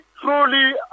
truly